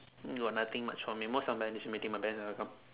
think got nothing much for me most of my meeting my parents never come